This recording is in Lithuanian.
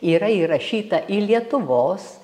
yra įrašyta į lietuvos